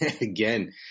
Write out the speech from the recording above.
Again